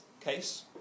case